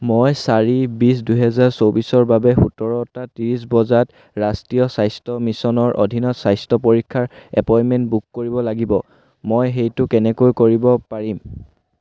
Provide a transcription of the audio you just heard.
মই চাৰি বিছ দুহেজাৰ চৌবিছৰ বাবে সোতৰটা ত্ৰিছ বজাত ৰাষ্ট্ৰীয় স্বাস্থ্য মিছনৰ অধীনত স্বাস্থ্য পৰীক্ষাৰ এপইণ্টমেণ্ট বুক কৰিব লাগিব মই সেইটো কেনেকৈ কৰিব পাৰিম